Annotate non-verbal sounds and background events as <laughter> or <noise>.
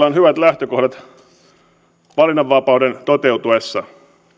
<unintelligible> on hyvät lähtökohdat valinnanvapauden toteutuessa